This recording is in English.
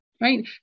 right